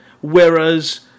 Whereas